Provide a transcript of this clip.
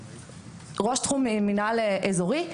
ראש תחום מנהל אזורי,